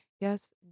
yes